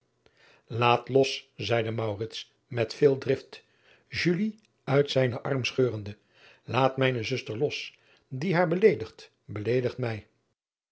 aat los zeide met veel drift uit zijnen arm scheurende laat mijne zuster los die haar beleedigt beleedigt mij